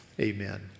amen